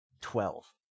Twelve